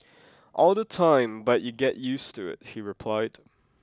all the time but you get used to it he replied